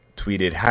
tweeted